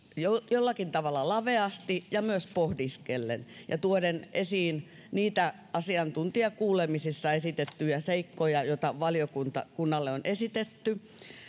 jollakin tavalla laveasti ja myös pohdiskellen ja tuoden esiin niitä asiantuntijakuulemisissa esitettyjä seikkoja joita valiokunnalle on esitetty